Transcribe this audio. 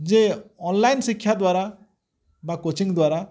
ଯେ ଅନଲାଇନ୍ ଶିକ୍ଷା ଦ୍ୱାରା ବା କୋଚିଂ ଦ୍ୱାରା